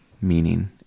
meaning